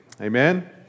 amen